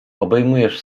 obejmujesz